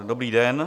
Dobrý den.